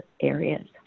areas